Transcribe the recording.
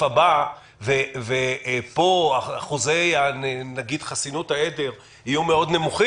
הבא ופה אחוזי חסינות העדר יהיו נמוכים מאוד,